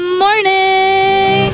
morning